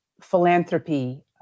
philanthropy